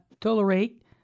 tolerate